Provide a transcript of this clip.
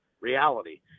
reality